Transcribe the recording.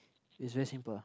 is very simple